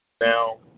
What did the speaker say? Now